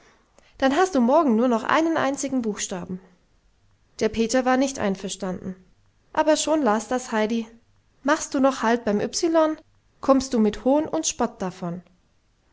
dann hast du morgen nur noch einen einzigen buchstaben der peter war nicht einverstanden aber schon las das heidi machst du noch halt beim y kommst du mit hohn und spott davon